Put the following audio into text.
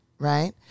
Right